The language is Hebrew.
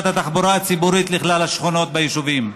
התחבורה הציבורית לכלל השכונות ביישובים.